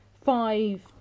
five